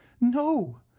no